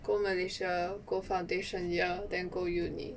go malaysia go foundation year then go uni